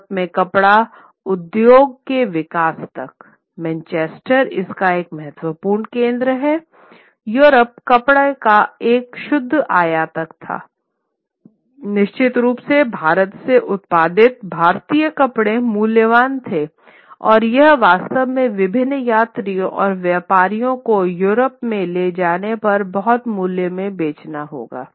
Europe में कपड़ा उद्योग के विकास तक मैनचेस्टर इसका एक महत्वपूर्ण केंद्र है यूरोप कपड़ा का एक शुद्ध आयातक था निश्चित रूप से भारत से उत्पादित भारतीय कपड़े मूल्यवान था और यह वास्तव में विभिन्न यात्रियों और व्यापारियों को यूरोप में ले जाने पर बहुत मूल्य में बेचना होगा